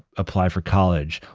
apply for college,